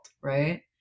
right